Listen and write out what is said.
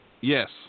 Yes